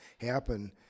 happen